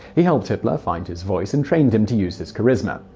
he helped hitler find his voice and trained him to use his charisma.